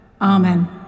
Amen